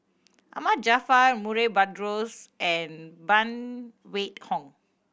Ahmad Jaafar Murray Buttrose and Phan Wait Hong